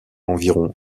environ